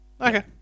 Okay